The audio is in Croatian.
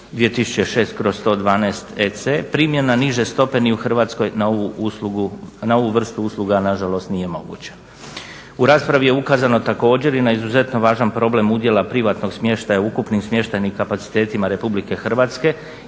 2006/112 EC primjena niže stope ni u Hrvatskoj na ovu vrstu usluga nažalost nije moguća. U raspravi je ukazano također na izuzetno važan problem udjela privatnog smještaja u ukupnim smještajnim kapacitetima RH imajući